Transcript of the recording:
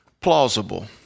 plausible